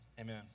amen